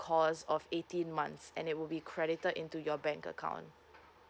course of eighteen months and it would be credited into your bank account